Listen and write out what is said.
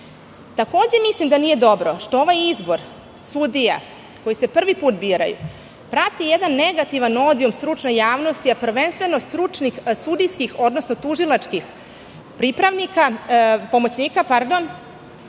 mislim da nije dobro što ovaj izbor sudija koji se prvi put biraju prati jedan negativan odijum stručne javnosti, a prvenstveno stručnih sudijskih odnosno tužilačkih pomoćnika. To,